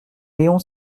léon